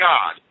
God